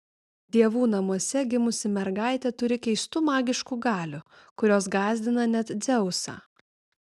dievų namuose gimusi mergaitė turi keistų magiškų galių kurios gąsdina net dzeusą